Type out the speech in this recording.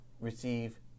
receive